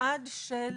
למנעד של